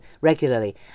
regularly